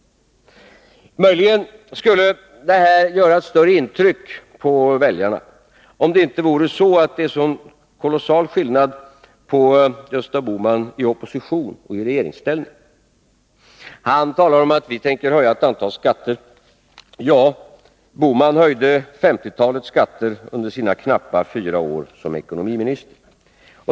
Möjligen skulle det han säger göra större intryck på väljarna om det inte vore en så kolossal skillnad mellan Gösta Bohman i opposition och Gösta Bohman i regeringsställning. Han talar om att vi tänker höja ett antal skatter. Herr Bohman höjde 50-talet skatter under sina knappa fyra år som ekonomiminister.